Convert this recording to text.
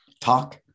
talk